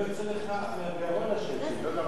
לא יוצא לך מהגרון, השם שלי.